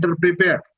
prepared